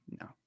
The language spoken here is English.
no